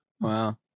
Wow